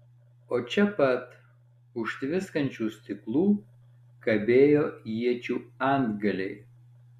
o čia pat už tviskančių stiklų kabėjo iečių antgaliai